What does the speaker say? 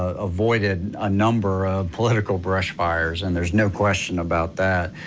ah avoided a number of political brush fires and there's no question about that.